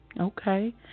Okay